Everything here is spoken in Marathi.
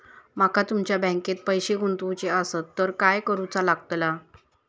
माका तुमच्या बँकेत पैसे गुंतवूचे आसत तर काय कारुचा लगतला?